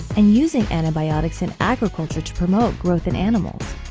and using antibiotics in agriculture to promote growth in animals.